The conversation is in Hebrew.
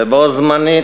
ובו-זמנית,